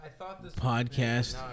...podcast